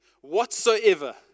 whatsoever